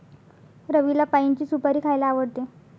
रवीला पाइनची सुपारी खायला आवडते